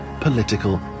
political